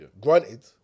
Granted